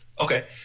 Okay